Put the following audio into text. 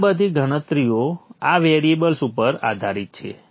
આ બધી ગણતરીઓ આ વેરિએબલ્સ ઉપર આધારિત છે